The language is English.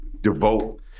devote